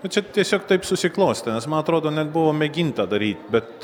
o čia tiesiog taip susiklostė nes man atrodo net buvo mėginta daryt bet